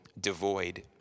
devoid